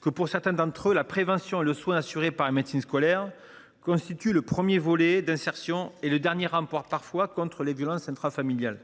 que, pour certains d’entre eux, la prévention et le soin assurés par la médecine scolaire constituent le premier levier d’insertion ou le dernier rempart contre les violences intrafamiliales.